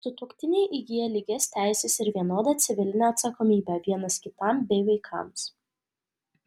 sutuoktiniai įgyja lygias teises ir vienodą civilinę atsakomybę vienas kitam bei vaikams